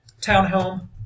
townhome